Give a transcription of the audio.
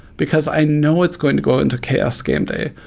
because i know it's going to go into chaos game day.